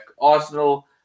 Arsenal